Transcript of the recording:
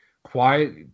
Quiet